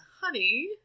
Honey